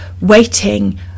waiting